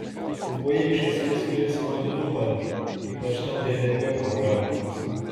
kuo ji iš esmės skiriasi nuo kitų partijų ypač lddp programų